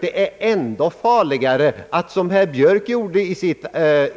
Det är farligare att som herr Björk gjorde i sitt